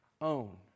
own